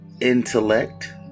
intellect